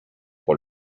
pour